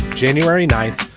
january ninth.